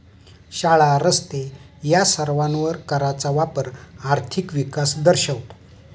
शाळा, रस्ते या सर्वांवर कराचा वापर आर्थिक विकास दर्शवतो